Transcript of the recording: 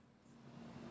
ya hear already